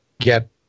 get